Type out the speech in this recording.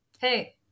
hey